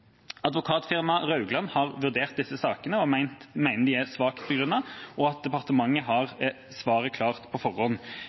Raugland har vurdert disse sakene og mener de er svakt begrunnet, og at departementet har